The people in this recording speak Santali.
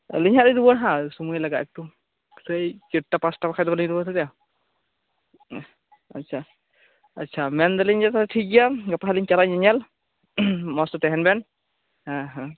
ᱟᱞᱤᱝ ᱦᱟᱸᱜ ᱞᱤᱧ ᱨᱩᱣᱟᱹᱲᱟ ᱦᱟᱸᱜ ᱥᱩᱢᱟᱹᱭ ᱞᱟᱜᱟᱜᱼᱟ ᱮᱠᱴᱩ ᱥᱮᱭ ᱪᱟᱨᱴᱟ ᱯᱟᱸᱪᱴᱟ ᱵᱟᱠᱷᱟᱡ ᱫᱚ ᱵᱟᱞᱤᱝ ᱨᱩᱣᱟᱹᱲ ᱫᱟᱲᱮᱭᱟᱜᱼᱟ ᱦᱮᱸ ᱟᱪᱪᱷᱟ ᱟᱪᱪᱷᱟ ᱢᱮᱱ ᱮᱫᱟᱞᱤᱝ ᱡᱚᱛᱚ ᱴᱷᱤᱠ ᱜᱮᱭᱟ ᱜᱟᱯᱟ ᱦᱟᱸᱜ ᱞᱤᱧ ᱪᱟᱞᱟᱜᱼᱟ ᱧᱮᱧᱮᱞ ᱢᱚᱸᱡᱽ ᱛᱮ ᱛᱟᱦᱮᱸᱱ ᱵᱮᱱ ᱦᱮᱸ ᱦᱮᱸ